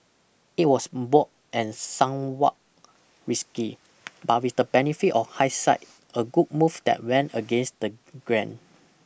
it was bold and somewhat risky but with the benefit of hindsight a good move that went against the grain